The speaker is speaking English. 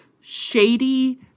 shady